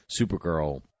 supergirl